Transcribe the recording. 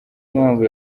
impamvu